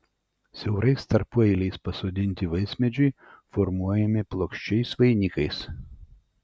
siaurais tarpueiliais pasodinti vaismedžiai formuojami plokščiais vainikais